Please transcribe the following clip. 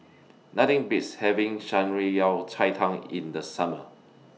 Nothing Beats having Shan Rui Yao Cai Tang in The Summer